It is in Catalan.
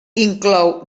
inclou